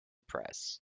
press